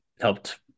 helped